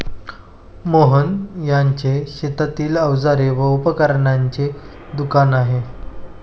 मोहन यांचे शेतीची अवजारे आणि उपकरणांचे दुकान आहे